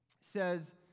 says